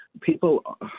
people